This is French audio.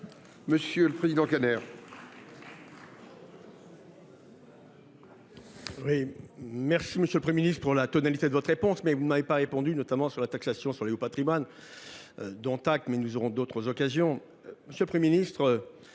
Monsieur le président Kanner,